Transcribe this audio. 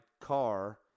car